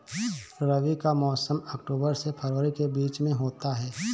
रबी का मौसम अक्टूबर से फरवरी के बीच में होता है